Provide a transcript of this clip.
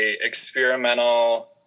experimental